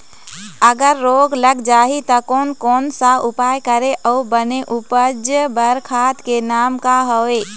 अगर रोग लग जाही ता कोन कौन सा उपाय करें अउ बने उपज बार खाद के नाम का हवे?